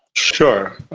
sure.